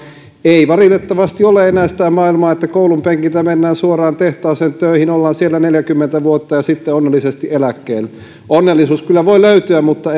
ei valitettavasti ole enää sitä maailmaa että koulunpenkiltä mennään suoraan tehtaaseen töihin ollaan siellä neljäkymmentä vuotta ja sitten onnellisesti eläkkeelle onnellisuus kyllä voi löytyä mutta